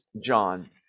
John